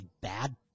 bad –